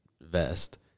vest